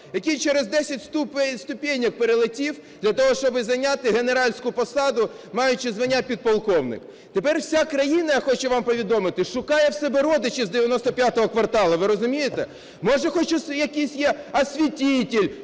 який через десять ступенек перелетів для того, щоб зайняти генеральську посаду, маючи звання підполковник. Тепер вся країна, я хочу вам повідомити, шукає у себе родичів з "95 кварталу", ви розумієте? Може, хоч якийсь є осветитель